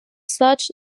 such